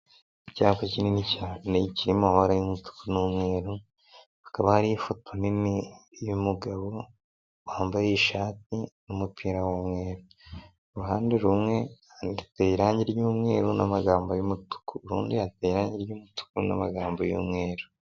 Icyapa kinini cyane kiri mu mabara y'umutuku n'umweru, hakaba hariho ifoto nini y'umugabo wambaye ishati n'umupira w'umweru, uruhande rumwe hateye irangi ry'umweru n'amagambo y'umutuku. urundi hateye irangi ry'umutuku n'amagambo y'umweru.